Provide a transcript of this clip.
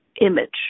image